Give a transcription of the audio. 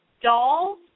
dolls